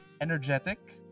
Energetic